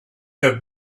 have